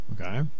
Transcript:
Okay